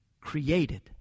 created